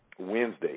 Wednesday